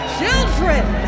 Children